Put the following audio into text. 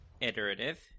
iterative